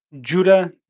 Judah